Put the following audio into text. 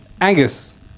Angus